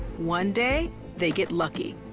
one day they get lucky.